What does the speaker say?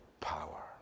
power